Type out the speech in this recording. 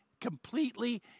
completely